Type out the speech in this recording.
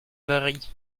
vari